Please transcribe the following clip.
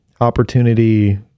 opportunity